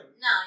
No